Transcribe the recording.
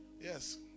Yes